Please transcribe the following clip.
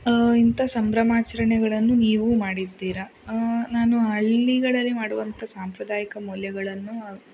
ಇಂಥ ಸಂಭ್ರಮಾಚರಣೆಗಳನ್ನು ನೀವು ಮಾಡಿದ್ದೀರ ನಾನು ಹಳ್ಳಿಗಳಲ್ಲಿ ಮಾಡುವಂಥ ಸಾಂಪ್ರದಾಯಿಕ ಮೌಲ್ಯಗಳನ್ನು